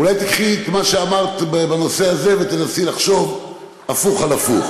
אולי תיקחי את מה שאמרת בנושא הזה ותנסי לחשוב הפוך על הפוך.